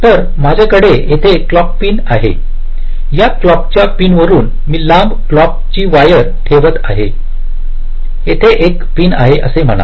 तर माझ्याकडे येथे क्लॉक पिन आहे या क्लॉक च्या पिनवरुन मी लांब क्लॉक ची वायर ठेवत आहे येथे एक पिन म्हणा